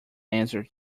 answer